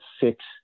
six